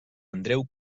andreu